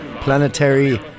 planetary